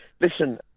Listen